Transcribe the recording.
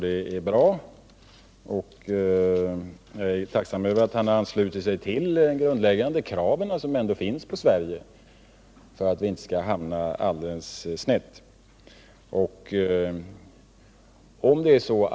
Det är bra, och jag är tacksam över att han ansluter sig till de grundläggande krav som ändå finns på Sverige för att vårt land inte skall hamna alldeles snett.